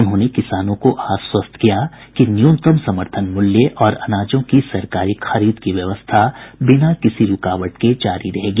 उन्होंने किसानों को आश्वस्त किया कि न्यूनतम समर्थन मूल्य और अनाजों की सरकारी खरीद की व्यवस्था बिना किसी रुकावट के जारी रहेगी